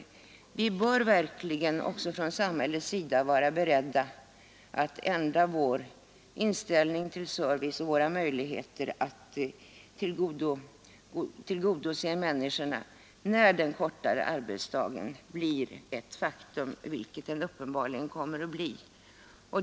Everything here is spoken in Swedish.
Vi bör också från samhällets sida vara beredda att ompröva vår inställning till service och till våra möjligheter att tillgodose människornas behov när den kortare arbetsdagen blir ett faktum, något som den uppenbarligen kommer att bli.